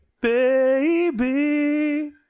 Baby